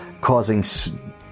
causing